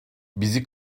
bizi